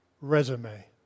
resume